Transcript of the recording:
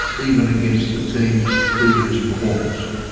even against the team's previous performance.